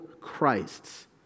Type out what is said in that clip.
Christs